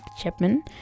Chapman